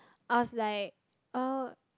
I was like oh